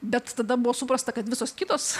bet tada buvo suprasta kad visos kitos